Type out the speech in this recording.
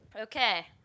Okay